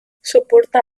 soporta